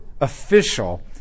official